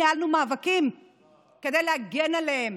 ניהלנו מאבקים כדי להגן עליהן